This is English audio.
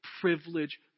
privilege